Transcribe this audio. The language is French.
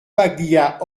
paglia